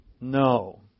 No